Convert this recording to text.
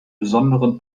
besonderen